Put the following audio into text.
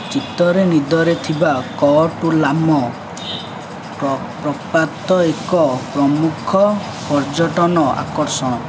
ଚିତ୍ତର ନଦୀରେ ଥିବା କଅଟୁଲାମ ପ୍ରପାତ ଏକ ପ୍ରମୁଖ ପର୍ଯ୍ୟଟନ ଆକର୍ଷଣ